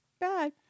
Bye